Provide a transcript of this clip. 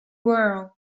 world